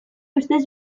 ustez